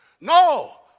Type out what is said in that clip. No